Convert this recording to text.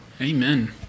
Amen